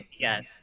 Yes